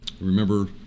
Remember